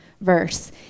verse